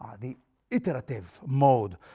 the iterative mode,